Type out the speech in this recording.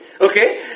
okay